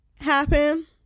happen